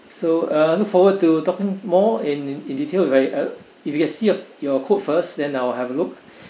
so uh forward to talking more in in detail if I uh if you can see uh your quote first then I'll have a look